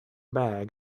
bag